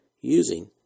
using